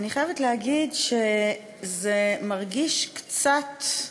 אני חייבת להגיד שזה מרגיש קצת,